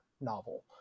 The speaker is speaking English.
novel